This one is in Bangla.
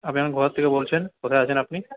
আপনি এখন কোথার থেকে বলছেন কোথায় আছেন আপনি